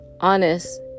honest